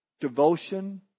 devotion